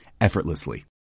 effortlessly